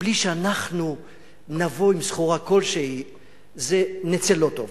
בלי שאנחנו נבוא עם סחורה כלשהי, נצא לא טוב.